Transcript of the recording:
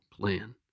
plan